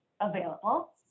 available